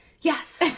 Yes